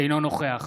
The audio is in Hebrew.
אינו נוכח